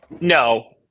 no